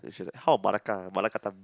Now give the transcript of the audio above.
then she said how Malacca Malakatham